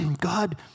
God